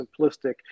simplistic